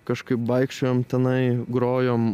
kažkaip vaikščiojom tenai grojom